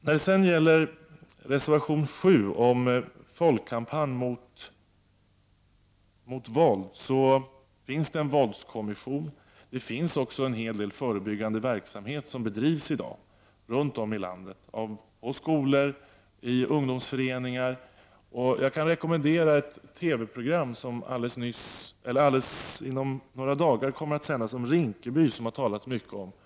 Beträffande reservation 7 om en folkkampanj mot våld vill jag säga att det finns en våldskommission. Och runt om i landet bedrivs det i dag en hel del förebyggande arbete, på skolor och i ungdomsföreningar. Jag kan rekommendera ett TV-program om Rinkeby som om några dagar kommer att sändas. Det har talats mycket om detta.